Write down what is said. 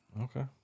okay